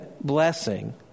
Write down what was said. blessing